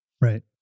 right